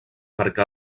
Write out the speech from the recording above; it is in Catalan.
perquè